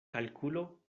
kalkulo